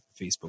Facebook